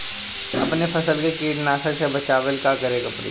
अपने फसल के कीटनाशको से बचावेला का करे परी?